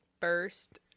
first